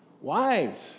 Wives